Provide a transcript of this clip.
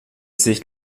sich